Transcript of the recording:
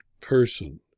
person